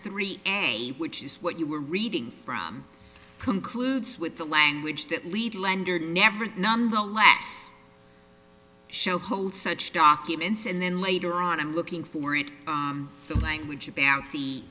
three a which is what you were reading from concludes with the language that lead lender never nonetheless shall hold such documents and then later on i'm looking for it the language abou